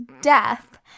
death